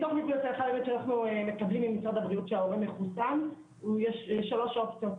מתוך מה שאנחנו מקבלים ממשרד הבריאות שההורה מחוסן ישנן שלוש אופציות,